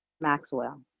Maxwell